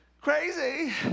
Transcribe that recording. crazy